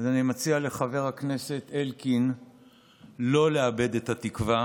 אז אני מציע לחבר הכנסת אלקין לא לאבד את התקווה.